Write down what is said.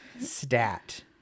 stat